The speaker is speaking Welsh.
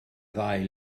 ddau